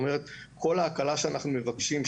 כל ההקלה שאנחנו מבקשים,